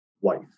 wife